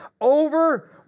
over